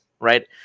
right